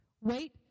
Wait